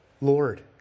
Lord